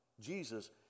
Jesus